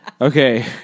Okay